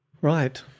Right